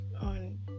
on